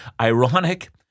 ironic